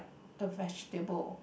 a vegetable